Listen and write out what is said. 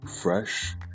fresh